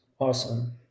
awesome